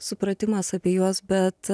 supratimas apie juos bet